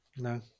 No